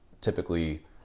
typically